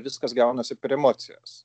viskas gaunasi per emocijas